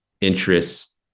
interests